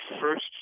first